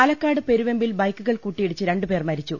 പാലക്കാട് പെരുവെമ്പിൽ ബൈക്കുകൾ കൂട്ടിയിടിച്ച് രണ്ടു പേർ മരിച്ചു